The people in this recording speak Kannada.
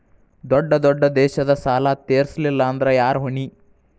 ದೊಡ್ಡ ದೊಡ್ಡ ದೇಶದ ಸಾಲಾ ತೇರಸ್ಲಿಲ್ಲಾಂದ್ರ ಯಾರ ಹೊಣಿ?